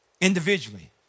individually